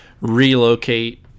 relocate